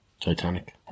Titanic